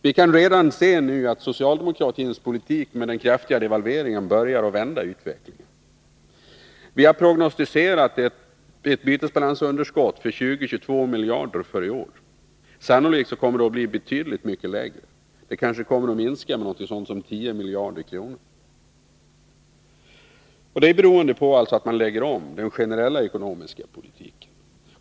Vi kan redan nu se att socialdemokratins politik med den kraftiga devalveringen börjar vända utvecklingen. Vi har prognostiserat ett bytesbalansunderskott på 20-22 miljarder för i år. Sannolikt blir det betydligt lägre. Det minskar med kanske 10 miljarder kronor. Det beror på att man lagt om den generella ekonomiska politiken.